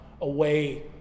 away